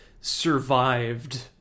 survived